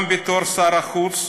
גם בתור שר החוץ,